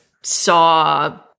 saw-